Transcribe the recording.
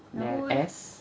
S